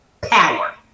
power